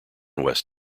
west